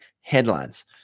headlines